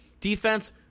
defense